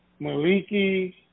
Maliki